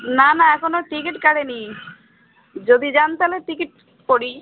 না না এখনো টিকিট কাটে নি যদি যান তাহলে টিকিট করি